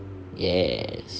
yes